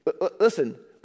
Listen